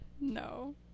No